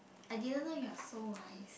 I didn't know you are so wise